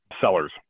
sellers